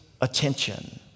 attention